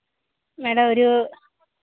madam ഒരു